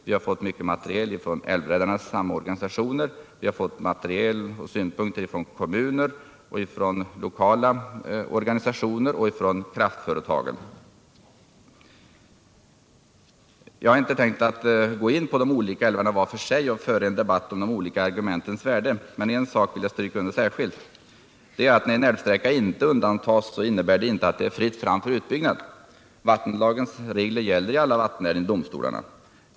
Vi har fått mycket material från Älvräddarnas samarbetsorganisation, kommuner, lokala organisationer och kraftföretag. Jag har inte tänkt att gå in på de olika älvarna var för sig och föra en debatt om de olika argumentens värde. Men en sak vill jag stryka under alldeles särskilt, nämligen att när en älvsträcka inte undantas så innebär det inte att det är fritt fram för utbyggnad. Vattenlagens regler gäller i alla vattenärenden i domstolarna.